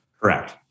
Correct